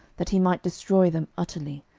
that he might destroy them utterly,